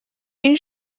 این